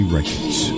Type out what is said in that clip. Records